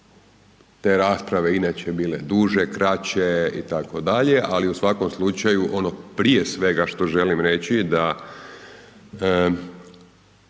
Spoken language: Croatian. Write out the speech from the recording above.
te rasprave inače bile duže, kraće itd., ali u svakom slučaju ono prije svega što želim reći da